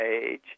age